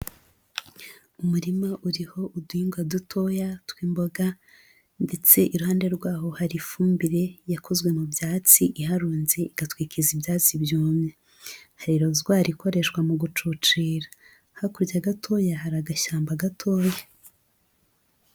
Umurima uriho uduhingwa dutoya tw'imboga ndetse iruhande rwaho hari ifumbire yakozwe mu byatsi iharunze igatwikiza ibyatsi byumye, hari rozwari ikoreshwa mu gucucira, hakurya gatoya hari agashyamba gatoya.